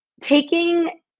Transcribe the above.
taking